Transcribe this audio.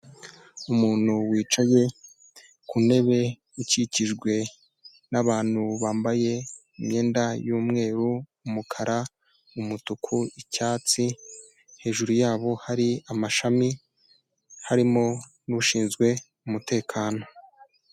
Umuntu wicaye ku ntebe, ukikijwe n'abantu bambaye imyenda y'umweru, umukara, umutuku, icyatsi, hejuru yabo, hari amashami harimo n'ushinzwe umutekano.